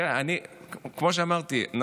כמו שאמרתי,